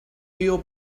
your